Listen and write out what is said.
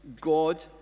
God